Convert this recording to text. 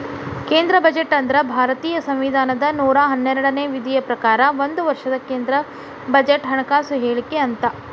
ಕೇಂದ್ರ ಬಜೆಟ್ ಅಂದ್ರ ಭಾರತೇಯ ಸಂವಿಧಾನದ ನೂರಾ ಹನ್ನೆರಡನೇ ವಿಧಿಯ ಪ್ರಕಾರ ಒಂದ ವರ್ಷದ ಕೇಂದ್ರ ಬಜೆಟ್ ಹಣಕಾಸು ಹೇಳಿಕೆ ಅಂತ